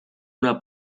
una